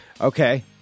Okay